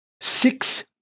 six